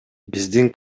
биздин